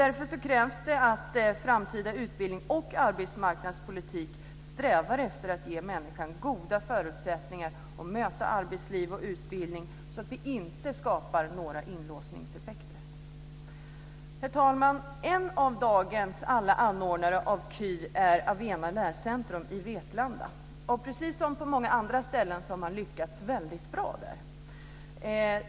Därför krävs det att framtida utbildning och arbetsmarknadspolitik strävar efter att ge människan goda förutsättningar att möta arbetsliv och utbildning, så att vi inte skapar några inlåsningseffekter. Herr talman! En av dagens alla anordnare av KY är Avena Lärcentrum i Vetlanda. Precis som på många andra ställen har man lyckats väldigt bra där.